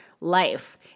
life